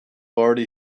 already